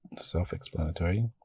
self-explanatory